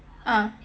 ah